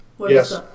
Yes